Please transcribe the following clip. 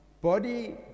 Body